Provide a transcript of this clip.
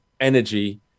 energy